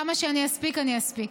כמה שאני אספיק אני אספיק: